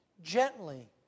gently